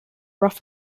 rough